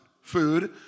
Food